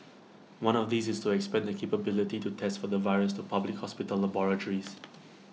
one of these is to expand the capability to test for the virus to public hospital laboratories